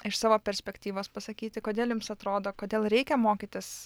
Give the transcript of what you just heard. iš savo perspektyvos pasakyti kodėl jums atrodo kodėl reikia mokytis